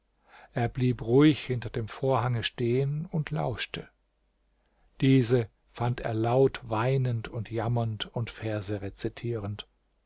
er blieb ruhig hinter dem vorhange stehen und lauschte diese fand er laut weinend und jammernd und verse rezitierend